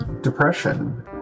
depression